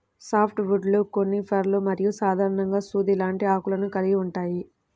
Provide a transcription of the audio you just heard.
soft వుడ్లు కోనిఫర్లు మరియు సాధారణంగా సూది లాంటి ఆకులను కలిగి ఉంటాయి